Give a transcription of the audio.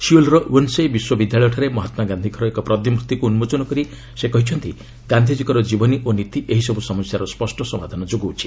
ସିଓଲର Yonsei ବିଶ୍ୱବିଦ୍ୟାଳୟଠାରେ ମହାତ୍ଲା ଗାନ୍ଧିଙ୍କର ଏକ ପ୍ରତିମୂର୍ତ୍ତିକୁ ଉନ୍ମୋଚନ କରି ସେ କହିଛନ୍ତି ଗାନ୍ଧିଜୀଙ୍କର ଜୀବନୀ ଓ ନୀତି ଏହିସବୁ ସମସ୍ୟାର ସ୍ୱଷ୍ଟ ସମାଧାନ ଯୋଗାଉଛି